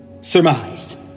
surmised